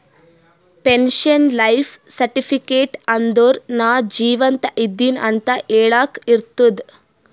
pension life certificate ಅಂದುರ್ ನಾ ಜೀವಂತ ಇದ್ದಿನ್ ಅಂತ ಹೆಳಾಕ್ ಇರ್ತುದ್